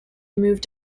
moved